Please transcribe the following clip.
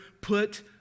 put